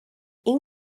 این